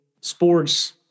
sports